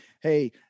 hey